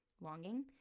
longing